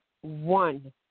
one